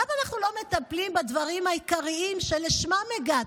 למה אנחנו לא מטפלים בדברים העיקריים שלשמם הגעתי?